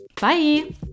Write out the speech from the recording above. bye